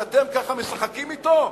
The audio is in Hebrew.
אז אתם ככה משחקים אתו,